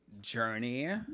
journey